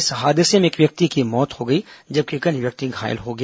इस हादसे में इस व्यक्ति की मौत हो गई जबकि एक अन्य घायल हो गया